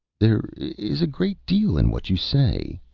there is a great deal in what you say,